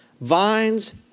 vines